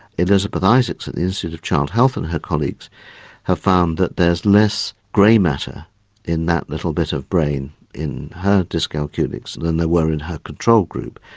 elizabeth isaacs at the institute of child health and her colleagues have found that there's less grey matter in that little bit of brain in her dyscalculics than there were in her control group.